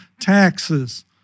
taxes